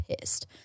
pissed